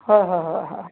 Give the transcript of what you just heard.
হয় হয় হয় হয়